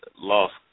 lost